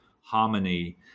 harmony